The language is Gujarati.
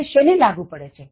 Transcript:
તે શેને લાગુ પડે છે